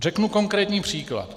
Řeknu konkrétní příklad.